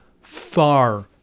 far